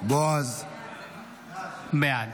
בעד